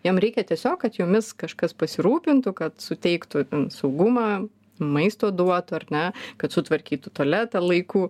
jom reikia tiesiog kad jomis kažkas pasirūpintų kad suteiktų saugumą maisto duotų ar ne kad sutvarkytų tualetą laiku